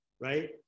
right